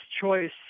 choice